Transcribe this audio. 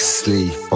sleep